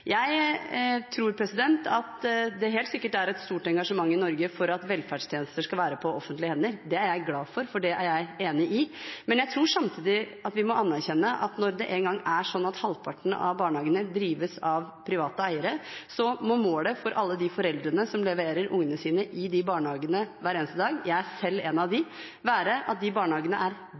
Jeg tror at det helt sikkert er et stort engasjement i Norge for at velferdstjenester skal være på offentlige hender. Det er jeg glad for, for det er jeg enig i. Men jeg tror samtidig vi må anerkjenne at når det engang er sånn at halvparten av barnehagene drives av private eiere, må målet for alle de foreldrene som leverer barna sine i de barnehagene hver eneste dag – jeg er selv en av dem – være at de barnehagene er